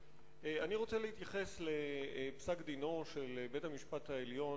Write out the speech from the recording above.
אני רוצה להתייחס לפסק-דינו של בית-המשפט העליון